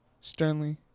sternly